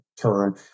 turn